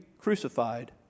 crucified